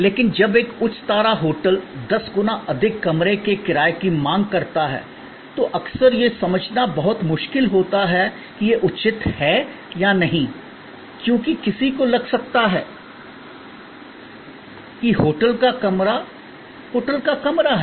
लेकिन जब एक उच्च सितारा होटल दस गुना अधिक कमरे के किराए की मांग करता है तो अक्सर यह समझना बहुत मुश्किल होता है कि यह उचित है या नहीं क्योंकि किसी को लग सकता है कि होटल का कमरा होटल का कमरा है